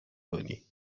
کنی